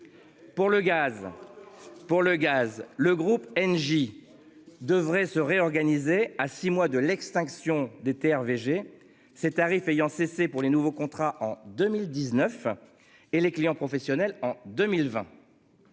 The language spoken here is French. Pour le gaz, le groupe Engie devrait se réorganiser à six mois de l'extinction des TRV G 7 tarifs ayant cessé pour les nouveaux contrats en 2019 et les clients professionnels en 2020.